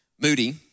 Moody